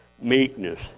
meekness